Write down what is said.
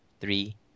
three